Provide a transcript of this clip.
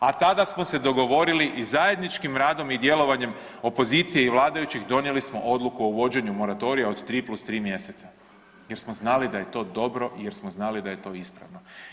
A tada smo se dogovorili i zajedničkim radom i djelovanjem opozicije i vladajućih, donijeli smo odluku o uvođenju moratorija od 3+3 mjeseca jer smo znali da je to dobro, jer smo znali da je to ispravno.